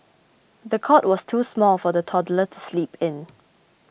the cot was too small for the toddler to sleep in